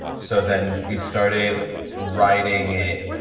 so then we started writing a.